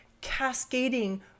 cascading